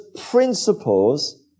principles